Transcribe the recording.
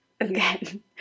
again